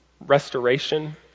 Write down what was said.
restoration